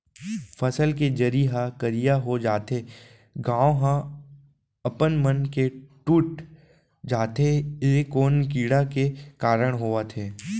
फसल के जरी ह करिया हो जाथे, गांठ ह अपनमन के टूट जाथे ए कोन कीड़ा के कारण होवत हे?